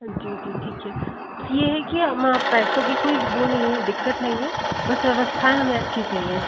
जी जी ठीक है ये है कि हमें पैसों की कोई वो नहीं है दिक्कत नहीं है बस व्यवस्थाएं हमें अच्छी चाहिए